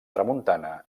tramuntana